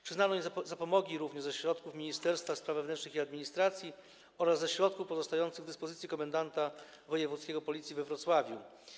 Przyznano im również zapomogi ze środków Ministerstwa Spraw Wewnętrznych i Administracji oraz ze środków pozostających w dyspozycji komendanta wojewódzkiego Policji we Wrocławiu.